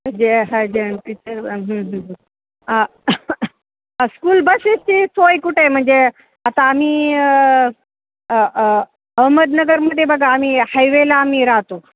जे ह gent teacher school बसेसची सोय कुठे आहे म्हणजे आता आम्ही अहमदनगरमध्ये बघा आम्ही हायवेला आम्ही राहतो